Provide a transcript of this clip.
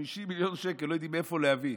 50 מיליון שקל לא יודעים מאיפה להביא.